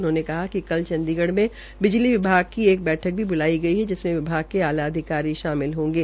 उन्होंने कहा कि कल चंडीगढ़ में बिजली विभाग की एक बैठक भी ब्लाई गई जिसमें विभाग के आला अधिकारी शामिल होंगे